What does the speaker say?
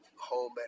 home